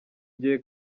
gihe